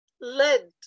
led